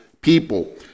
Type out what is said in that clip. people